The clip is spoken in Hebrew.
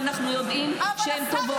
ואנחנו יודעים שהן טובות.